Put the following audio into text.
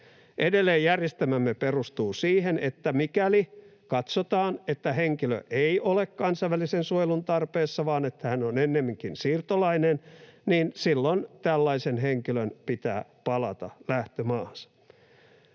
Edelleen järjestelmämme perustuu siihen, että mikäli katsotaan, että henkilö ei ole kansainvälisen suojelun tarpeessa vaan hän on ennemminkin siirtolainen, niin silloin tällaisen henkilön pitää palata lähtömaahansa.